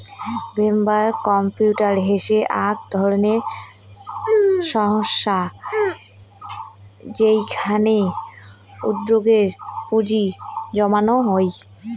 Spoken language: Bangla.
ভেঞ্চার ক্যাপিটাল হসে আক ধরণের সংস্থা যেইখানে উদ্যোগে পুঁজি জমানো হই